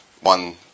one